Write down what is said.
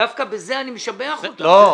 דווקא בזה אני משבח אותם.